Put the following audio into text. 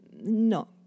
No